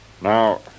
Now